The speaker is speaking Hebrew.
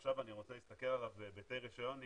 ועכשיו אני רוצה להסתכל עליו בהיבטי רישיון נהיגה,